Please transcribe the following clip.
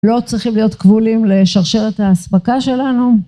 לא צריכים להיות כבולים לשרשרת ההספקה שלנו.